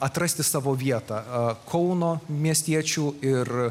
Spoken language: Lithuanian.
atrasti savo vietą kauno miestiečių ir